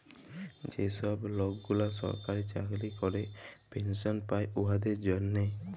যে ছব লকগুলা সরকারি চাকরি ক্যরে পেলশল পায় উয়াদের জ্যনহে